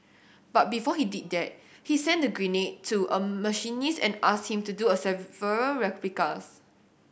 but before he did that he sent the grenade to a machinist and asked him to do a several replicas